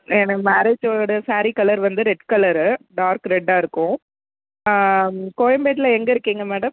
எனக்கு மேரேஜோட சாரீ கலர் வந்து ரெட் கலரு டார்க் ரெட்டாக இருக்கும் கோயம்பேடுல எங்கே இருக்கீங்க மேடம்